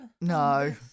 no